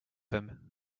him